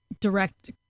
direct